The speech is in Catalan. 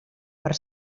per